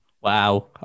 Wow